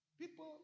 People